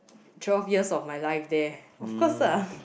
twelve years of my life there of course ah